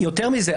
יותר מזה,